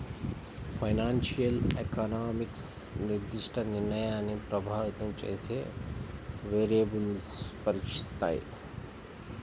financial economics నిర్దిష్ట నిర్ణయాన్ని ప్రభావితం చేసే వేరియబుల్స్ను పరీక్షిస్తాయి